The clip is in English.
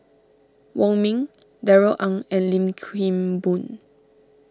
Wong Ming Darrell Ang and Lim Kim Boon